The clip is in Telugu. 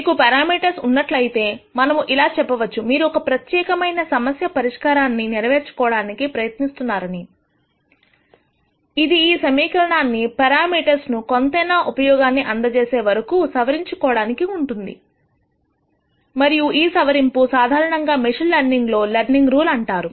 మీకు పెరామీటర్స్ ఉన్నట్లయితే మనము ఇలా చెప్పవచ్చు మీరు ఒక ప్రత్యేకమైన సమస్య పరిష్కారాన్ని నేర్చుకోవడానికి ప్రయత్నిస్తున్నారని ఇది ఈ సమీకరణాన్ని పెరామీటర్స్ ను కొంతైనా ఉపయోగాన్ని అందజేసే వరకు సవరించుకోవడానికి ఉంటుంది మరియు ఈ సవరింపును సాధారణంగా మెషిన్ లెర్నింగ్ లో లెర్నింగ్ రూల్ అంటారు